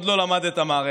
שעוד לא למד את המערכת,